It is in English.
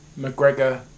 McGregor